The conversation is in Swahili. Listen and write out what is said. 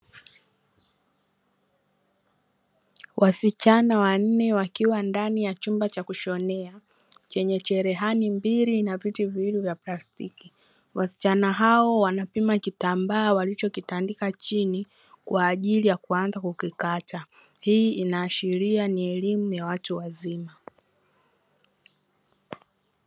Wasichana wanne wakiwa ndani ya chumba cha kushonea chenye cherehani mbili na viti viwili vya plastiki, wasichana hao wanapima kitambaa walichokitandika chini kwa ajiri ya kuanza kukikata hii inahashiri ni elimu ya watu wazima.